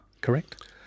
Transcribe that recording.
correct